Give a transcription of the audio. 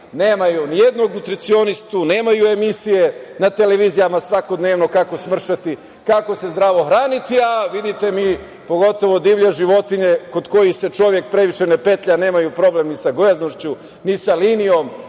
Nemaju nijednog nutricionistu, nemaju emisije na televizijama svakodnevno kako smršati, kako se zdravo hraniti, a vidite, pogotovo divlje životinje kod kojih se čovek previše ne petlja, nemaju problem sa gojaznošću, ni sa linijom,